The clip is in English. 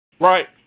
Right